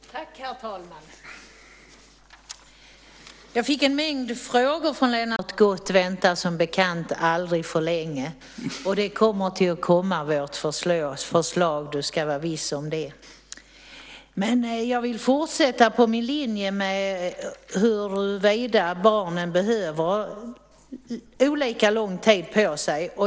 Herr talman! Jag vill börja med att säga till Lennart Gustavsson att den som väntar på något gott väntar som bekant aldrig för länge. Vårt förslag kommer. Du ska vara viss om det. Jag vill fortsätta på min linje med huruvida barnen behöver olika lång tid på sig.